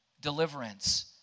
deliverance